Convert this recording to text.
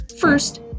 First